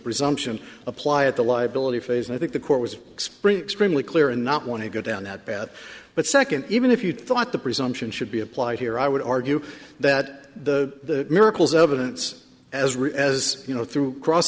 presumption apply at the liability phase and i think the court was spring extremely clear and not want to go down that path but second even if you thought the presumption should be applied here i would argue that the miracles evidence as as you know through cross